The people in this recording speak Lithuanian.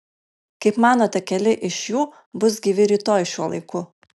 kaip manote keli iš jų bus gyvi rytoj šiuo laiku